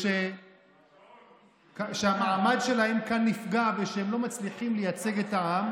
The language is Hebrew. ושהם לא מצליחים לייצג את העם,